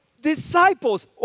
disciples